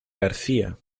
garcía